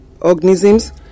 organisms